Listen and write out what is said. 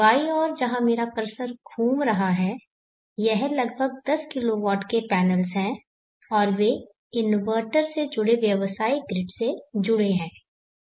बाईं ओर जहां मेरा कर्सर के घूम रहा है यह लगभग 10 kW के पैनल्स है और वे इन्वर्टर से जुड़े व्यावसायिक ग्रिड से जुड़े हैं